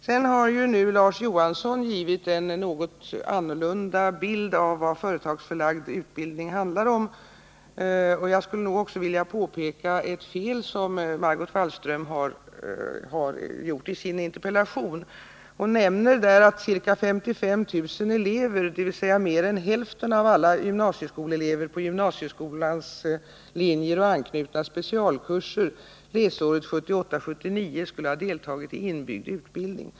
Sedan har Larz Johansson givit en något annorlunda bild av vad företagsförlagd utbildning handlar om, och jag skulle vilja påpeka ett fel som Margot Wallström gjort sig skyldig till i sin interpellation. Hon nämner där att ca 55 000 elever, dvs. mer än hälften av alla gymnasieelever på 33 gymnasieskolans linjer och anknutna kurser, under läsåret 1978/79 skulle ha deltagit i inbyggd utbildning.